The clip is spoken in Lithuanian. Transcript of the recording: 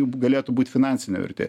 jų b galėtų būt finansinė vertė